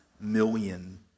million